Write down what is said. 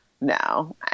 no